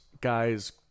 guy's